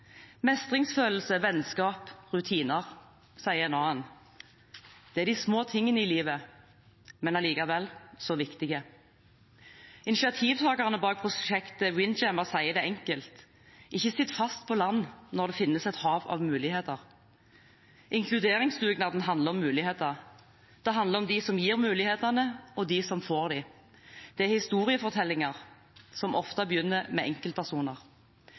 Mestringsfølelse, vennskap, rutiner, sier en annen. Det er de små tingene i livet, men allikevel så viktige. Initiativtakerne bak prosjektet Windjammer sier det enkelt. Ikke sitt fast på land når det finnes et hav av muligheter. Inkluderingsdugnaden handler om muligheter. Det handler om dem som gir mulighetene, og dem som får dem. Det er historiefortellinger som ofte begynner med enkeltpersoner.